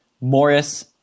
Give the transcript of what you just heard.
Morris